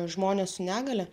žmones su negalia